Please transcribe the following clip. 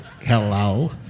Hello